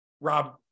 Rob